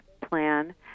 plan